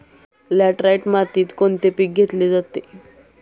Laterite मातीत कोणते पीक घेतले जाते?